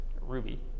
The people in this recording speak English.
Ruby